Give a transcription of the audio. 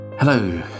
Hello